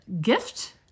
gift